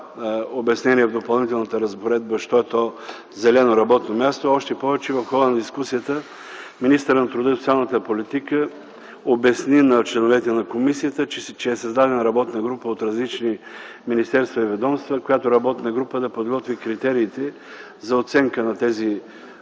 обяснение в Допълнителната разпоредба що е то „зелено работно място”, още повече че в хода на дискусията министърът на труда и социалната политика обясни на членовете на комисията, че е създадена работна група от различни министерства и ведомства, която работна група да подготви критериите за оценка на тези